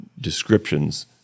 descriptions